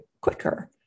quicker